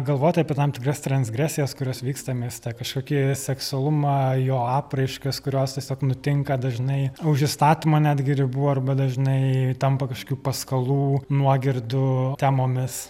galvoti apie tam tikras transgresijas kurios vyksta mieste kažkokį seksualumą jo apraiškas kurios tiesiog nutinka dažnai už įstatymo netgi ribų arba dažnai tampa kažkokių paskalų nuogirdų temomis